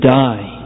die